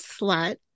slut